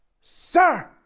sir